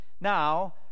Now